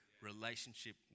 Relationship